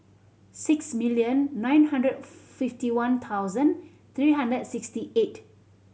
six million nine hundred fifty one thousand three hundred and sixty eight